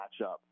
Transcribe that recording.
matchup